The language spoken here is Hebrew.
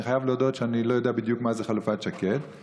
אני חייב להודות שאני לא יודע מה זה חלופת שקד,